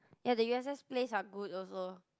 ya the U_S_S plays are good also